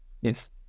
Yes